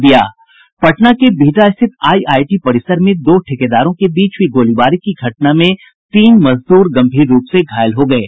पटना के बिहटा स्थित आईआईटी परिसर में दो ठेकेदारों के बीच हुई गोलीबारी की घटना में तीन मजदूर गम्भीर रूप से घायल हो गये